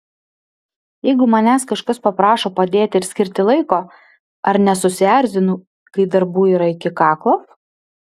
jeigu manęs kažkas paprašo padėti ir skirti laiko ar nesusierzinu kai darbų yra iki kaklo